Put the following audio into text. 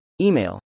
email